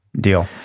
deal